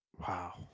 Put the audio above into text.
wow